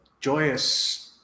joyous